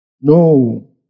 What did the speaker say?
No